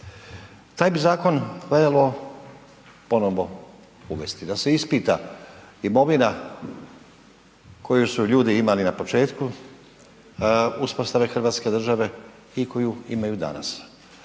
Taj bi zakon valjalo ponovno uvesti da se ispita imovina koju su ljudi imali na početku uspostave Hrvatske države i koju imaju danas.